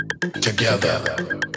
together